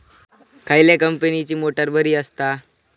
खयल्या कंपनीची मोटार बरी असता?